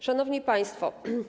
Szanowni Państwo!